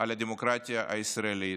על הדמוקרטיה הישראלית.